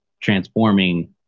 transforming